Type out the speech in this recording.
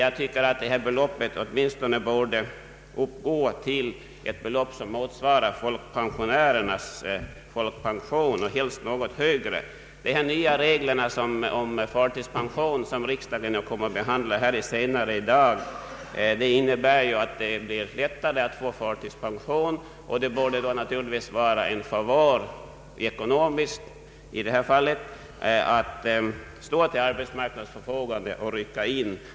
Det borde åtminstone uppgå till ett belopp som motsvarar pensionärernas folkpension. Helst borde det vara något högre. De nya regler om förtidspension som riksdagen kommer att behandla senare i dag innebär ju att det blir lättare att få förtidspension. Det borde då naturligtvis medföra en ekonomisk favör som i detta fall att stå till arbetsmarknadens förfogande.